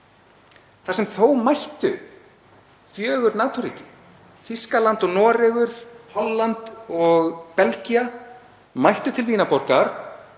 þar sem þó mættu fjögur NATO-ríki. Þýskaland, Noregur, Holland og Belgía mættu til Vínarborgar,